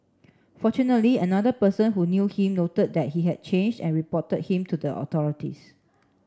fortunately another person who knew him noted that he had changed and reported him to the authorities